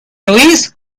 oís